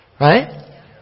right